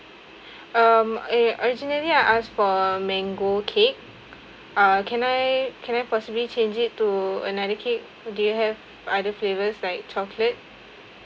um eh originally I asked for mango cake uh can I can I possibly change it to another cake do you have other flavours like chocolate